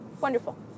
Wonderful